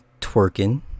twerking